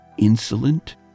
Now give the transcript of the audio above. insolent